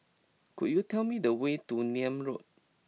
could you tell me the way to Nim Road